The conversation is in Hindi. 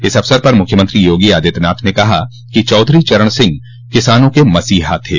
इस अवसर पर मुख्यमंत्री योगी आदित्यनाथ ने कहा कि चौधरी चरण सिंह किसानों के मसीहा थे